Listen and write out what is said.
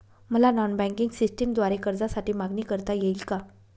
मला non banking सिस्टमद्वारे कर्जासाठी मागणी करता येईल का?